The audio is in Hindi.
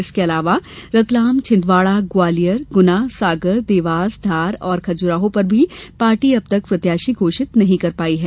इसके अलावा रतलाम छिंदवाड़ा ग्वालियर गुना सागर देवास धार और खजुराहो पर भी पार्टी अब तक प्रत्याशी घोषित नहीं कर पाई है